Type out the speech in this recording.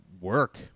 work